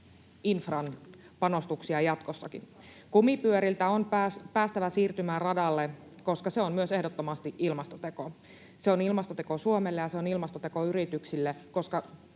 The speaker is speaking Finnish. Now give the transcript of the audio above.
infran panostuksia jatkossakin. Kumipyöriltä on päästävä siirtymään radalle, koska se on ehdottomasti myös ilmastoteko. Se on ilmastoteko Suomelle ja se on ilmastoteko yrityksille, koska